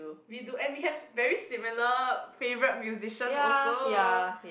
we do and we have very similar favourite musicians also